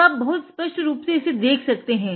अब आप बहुत स्पष्ट रूप से इसे देख सकते हैं